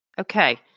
Okay